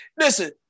Listen